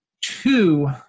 Two